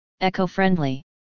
eco-friendly